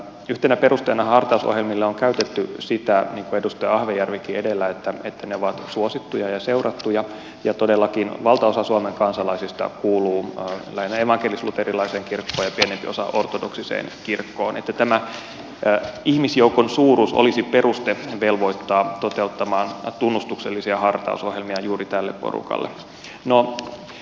yhtenä perusteena hartausohjelmille on käytetty sitä niin kuin edustaja ahvenjärvikin edellä että ne ovat suosittuja ja seurattuja ja kun todellakin valtaosa suomen kansalaisista kuuluu lähinnä evankelisluterilaiseen kirkkoon ja pienempi osa ortodoksiseen kirkkoon niin tämä ihmisjoukon suuruus olisi peruste velvoittaa toteuttamaan tunnustuksellisia hartausohjelmia juuri tälle porukalle